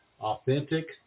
authentic